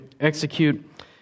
execute